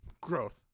Growth